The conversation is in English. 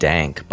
Dank